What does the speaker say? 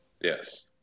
Yes